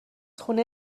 خونه